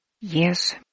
Yes